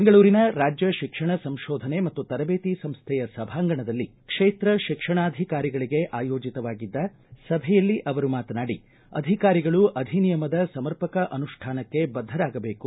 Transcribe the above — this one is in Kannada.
ಬೆಂಗಳೂರಿನ ರಾಜ್ಯ ಶಿಕ್ಷಣ ಸಂಶೋಧನೆ ಮತ್ತು ತರಬೇತಿ ಸಂಶೈಯ ಸಭಾಂಗಣದಲ್ಲಿ ಕ್ಷೇತ್ರ ಶಿಕ್ಷಣಾಧಿಕಾರಿಗಳಿಗೆ ಆಯೋಜಿತವಾಗಿದ್ದ ಸಭೆಯಲ್ಲಿ ಅವರು ಮಾತನಾಡಿ ಅಧಿಕಾರಿಗಳು ಅಧಿನಿಯಮದ ಸಮರ್ಪಕ ಅನುಷ್ಠಾನಕ್ಕೆ ಬದ್ದರಾಗಬೇಕು